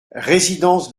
résidence